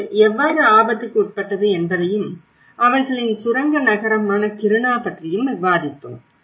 இது எவ்வாறு ஆபத்துக்கு உட்பட்டது என்பதையும் அவர்களின் சுரங்க நகரமான கிருணா பற்றியும் விவாதித்தோம்